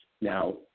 now